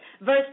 Verse